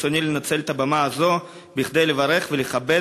ברצוני לנצל את הבמה הזו כדי לברך ולכבד